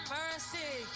mercy